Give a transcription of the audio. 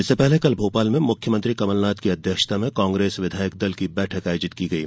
इससे पहले कल भोपाल में मुख्यमंत्री कमलनाथ की अध्यक्षता में कांग्रेस विधायक दल की बैठक आयोजित की गई